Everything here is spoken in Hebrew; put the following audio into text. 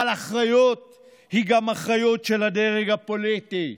אבל אחריות היא גם אחריות של הדרג הפוליטי,